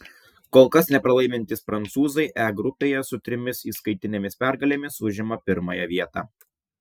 kol kas nepralaimintys prancūzai e grupėje su trimis įskaitinėmis pergalėmis užima pirmąją vietą